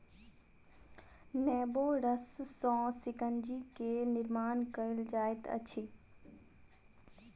नेबो रस सॅ शिकंजी के निर्माण कयल जाइत अछि